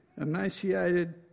emaciated